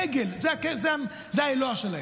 עגל, זה האלוה שלהם.